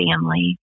family